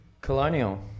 Colonial